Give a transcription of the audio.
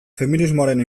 feminismoaren